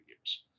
years